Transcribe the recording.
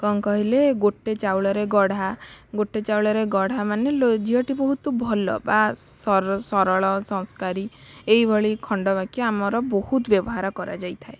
କ'ଣ କହିଲେ ଗୋଟେ ଚାଉଳରେ ଗଢ଼ା ଗୋଟେ ଚାଉଳରେ ଗଢ଼ା ମାନେ ଝିଅଟି ବହୁତ ଭଲ ବା ସରଳ ସଂସ୍କାରୀ ଏଇଭଳି ଖଣ୍ଡବାକ୍ୟ ଆମର ବହୁତ ବ୍ୟବହାର କରାଯାଇଥାଏ